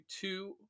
two